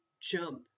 jump